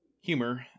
humor